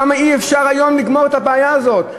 למה אי-אפשר היום לגמור את הבעיה הזאת?